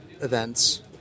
events